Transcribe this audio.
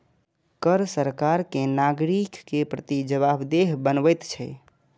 कर सरकार कें नागरिक के प्रति जवाबदेह बनबैत छै